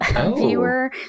viewer